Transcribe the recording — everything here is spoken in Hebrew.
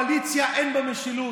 שהקואליציה, אין בה משילות.